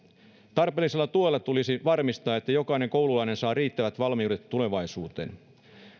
tarpeellisella tuella tulisi varmistaa että jokainen koululainen saa riittävät valmiudet tulevaisuuteen